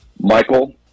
Michael